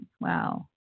Wow